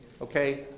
Okay